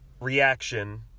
reaction